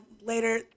later